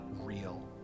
real